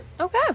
okay